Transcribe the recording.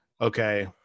Okay